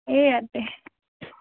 সেয়া